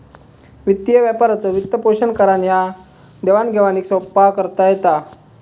वित्तीय व्यापाराचो वित्तपोषण करान ह्या देवाण घेवाणीक सोप्पा करता येता